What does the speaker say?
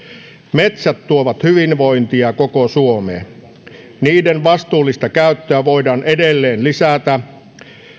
metsät tuovat hyvinvointia koko suomeen niiden vastuullista käyttöä voidaan edelleen lisätä